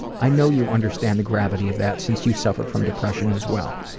i know you understand the gravity of that since you suffer from depression as well.